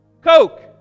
Coke